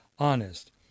Honest